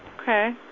Okay